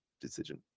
decision